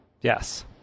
Yes